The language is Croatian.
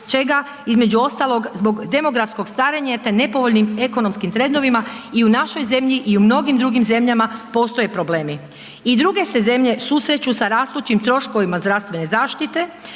čega između ostalog zbog demografskog starenja te nepovoljnim ekonomskim trendovima i u našoj zemlji i u mnogim drugim zemljama postoje problemi. I druge se zemlje susreću sa rastućim troškovima zdravstvene zaštite,